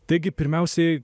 taigi pirmiausiai